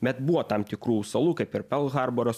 bet buvo tam tikrų salų kaip ir perlharboras